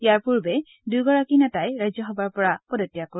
ইয়াৰ পূৰ্বে দুই গৰাকী নেতাই ৰাজ্যসভাৰ পৰা পদত্যাগ কৰে